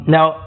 Now